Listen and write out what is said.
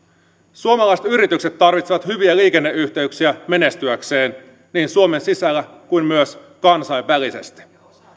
suomalaiset yritykset tarvitsevat hyviä liikenneyhteyksiä menestyäkseen niin suomen sisällä kuin myös kansainvälisesti